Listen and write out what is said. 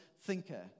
thinker